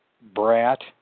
brat